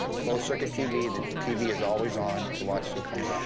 closed circuit tv. the tv is always on to watch who comes up.